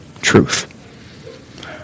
truth